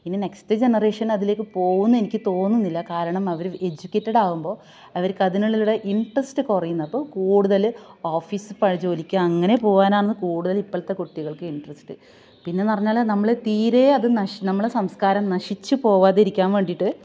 ഇനി next generation അതിലേക്ക് പോവൂന്നെനിക്ക് തോന്നുന്നില്ല കാരണം അവർ എജുക്കേറ്റഡാവുമ്പോൾ അവരിക്കതിനുള്ള ഇന്റസ്റ്റു കുറയുന്നപ്പോൾ കൂടുതൽ ഓഫീസ് പ ജോലിക്കങ്ങനെ പോവാനാന്ന് കൂടുതല് ഇപ്പോഴത്തെ കുട്ടികള്ക്ക് ഇന്ട്രെസ്റ്റ് പിന്നന്നു പറഞ്ഞാൽ നമ്മൾ തീരേയത് നഷ് നമ്മളെ സംസ്കാരം നശിച്ചു പോവാതിരിക്കാന് വേണ്ടീട്ടു